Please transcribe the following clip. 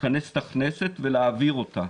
לכנס את הכנסת ולהעביר אותה,